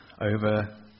over